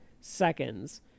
seconds